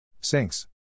Sinks